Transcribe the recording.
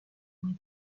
muy